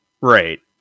right